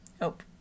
Nope